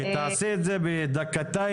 תעשי את זה בשתי דקות,